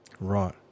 Right